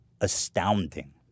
astounding